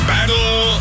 Battle